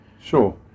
Sure